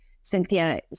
Cynthia